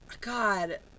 god